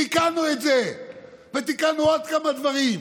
תיקנו את זה ותיקנו עוד כמה דברים.